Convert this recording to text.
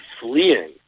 fleeing